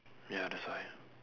ya that's why